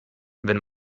wenn